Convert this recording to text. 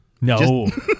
No